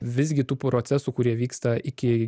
visgi tų procesų kurie vyksta iki